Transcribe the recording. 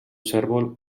cérvol